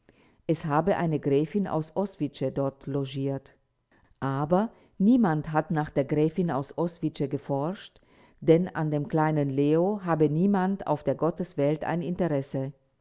es habe eine gräfin aus oswice dort logiert aber niemand hat nach der gräfin aus oswice geforscht denn an dem kleinen leo hatte niemand auf der gotteswelt ein interesse